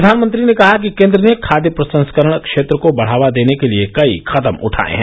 प्रधानमंत्री ने कहा कि केन्द्र ने खाद्य प्रसंस्करण क्षेत्र को बढ़ावा देने के लिए कई कदम उठाये हैं